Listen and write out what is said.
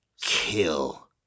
Kill